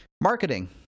marketing